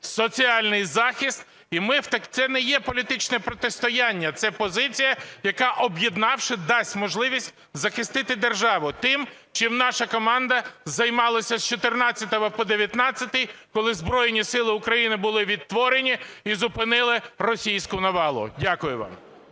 соціальний захист. І це не є політичне протистояння. Це позиція, яка, об'єднавши, дасть можливість захистити державу. Тим, чим наша команда займалася з 14-го по 19-й, коли Збройні Сили України були відтворені і зупинили російську навалу. Дякую.